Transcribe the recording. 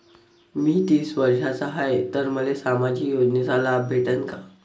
मी तीस वर्षाचा हाय तर मले सामाजिक योजनेचा लाभ भेटन का?